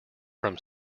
from